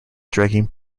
dragging